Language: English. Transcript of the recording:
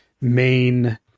main